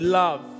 love